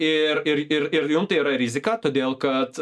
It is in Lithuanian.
ir ir jum tai yra rizika todėl kad